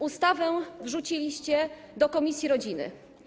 Ustawę wrzuciliście do komisji rodziny.